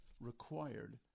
required